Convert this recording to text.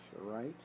right